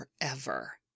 forever